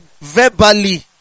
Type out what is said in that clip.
verbally